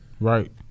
Right